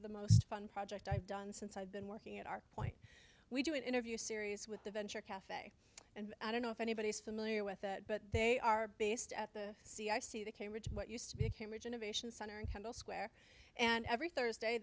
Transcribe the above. the most fun project i've done since i've been working at our point we do an interview series with the venture caf and i don't know if anybody is familiar with that but they are based at the sea i see the cambridge what used to be a cambridge innovation center in kendall square and every thursday